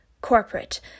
Corporate